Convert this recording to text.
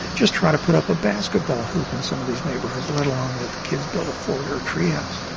just try to put up a basketball hoop in some of these neighbourhoods let alone let the kids build a fort or a tree house.